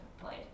played